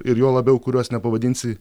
ir juo labiau kurios nepavadinsi